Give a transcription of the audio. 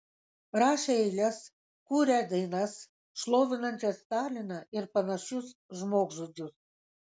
rašę eiles kūrę dainas šlovinančias staliną ir panašius žmogžudžius